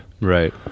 right